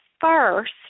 first